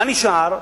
מה נשאר?